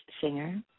singer